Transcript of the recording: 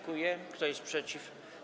Kto jest przeciw?